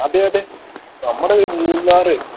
അതെ അതെ നമ്മുടെ ഈ മൂന്നാറ്